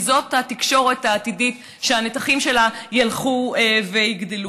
כי זאת התקשורת העתידית, והנתחים שלה ילכו ויגדלו.